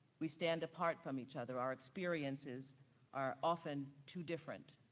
we stand apart from each other, our experiences are often two different.